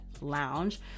Lounge